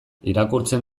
irakurtzen